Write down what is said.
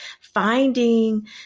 finding